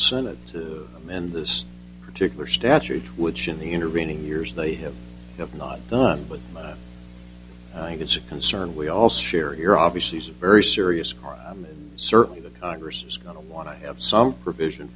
senate to amend this particular statute which in the intervening years they have have not done but i think it's a concern we all share your obviously is a very serious crime and certainly the congress is going to want to have some provision